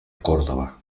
córdoba